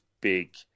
big